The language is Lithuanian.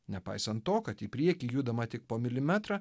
nepaisant to kad į priekį judama tik po milimetrą